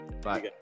Bye